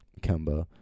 Kemba